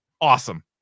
awesome